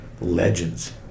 legends